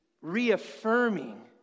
reaffirming